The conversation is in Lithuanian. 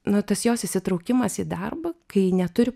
na tas jos įsitraukimas į darbą kai neturi